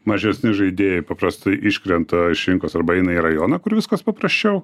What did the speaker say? mažesni žaidėjai paprastai iškrenta iš rinkos arba eina į rajoną kur viskas paprasčiau